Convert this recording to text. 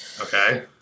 Okay